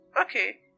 Okay